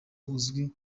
uzwi